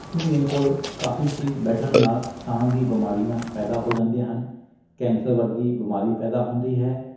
ਧੂੰਏ ਕੋਲ ਕਾਫੀ ਚਿਰ ਬੈਠਣ ਨਾਲ ਸਾਂਹ ਦੀ ਬਿਮਾਰੀਆਂ ਪੈਦਾ ਹੋ ਜਾਂਦੀਆਂ ਹਨ ਕੈਂਸਰ ਵਰਗੀ ਬਿਮਾਰੀ ਪੈਦਾ ਹੁੰਦੀ ਹੈ